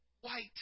white